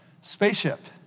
spaceship